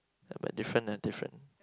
ya but different ah different